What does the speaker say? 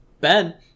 Ben